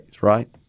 right